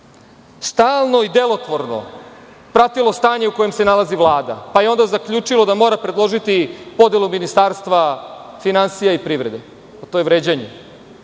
stalno i delotvorno pratilo stanje u kojem se nalazi Vlada, pa je onda zaključilo da mora predložiti podelu ministarstva finansija i privrede. To je vređanje.